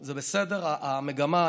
זה בסדר, המגמה.